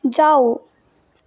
जाऊ